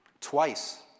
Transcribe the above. Twice